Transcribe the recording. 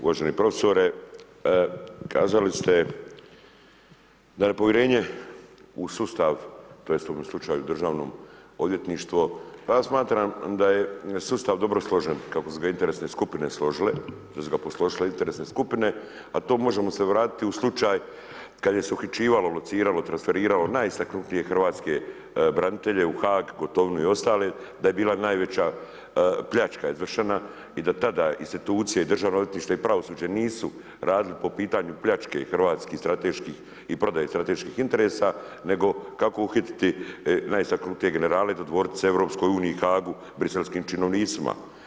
Uvaženi profesore, kazali ste da nepovjerenje u sustav, tj. u ovom slučaju državno odvjetništvo, ja smatram da je sustav dobro složen kako su ga interesne skupine složile, jer su ga posložile interesne skupine, a to možemo se vratiti u slučaj kad se uhićivalo, lociralo, transferirao najistaknutije hrvatske branitelje u HAAG, Gotovinu i ostale, da je bila najveća pljačka izvršena i da tada institucije i državno odvjetništvo i pravosuđe nisu radili po pitanju pljačke hrvatskih strateških i prodaji strateških interesa, nego kako uhititi najistaknutije generale i dodvorit se EU, HAAG-u, Bruxellskim činovnicima.